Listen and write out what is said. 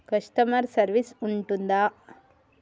Customer service ఉంటుందా?